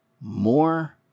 More